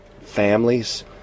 families